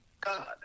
God